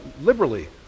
liberally